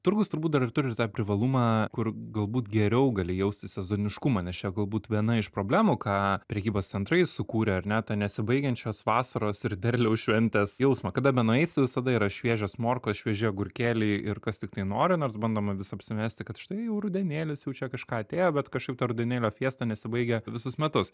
turgus turbūt dar ir turi tą privalumą kur galbūt geriau gali jausti sezoniškumą nes čia galbūt viena iš problemų ką prekybos centrai sukūrė ar ne tą nesibaigiančios vasaros ir derliaus šventės jausmą kada benueisi visada yra šviežios morkos švieži agurkėliai ir kas tiktai nori nors bandoma vis apsimesti kad štai jau rudenėlis jau čia kažką atėjo bet kažkaip ta rudenėlio fiesta nesibaigia visus metus